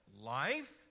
Life